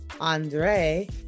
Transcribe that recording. Andre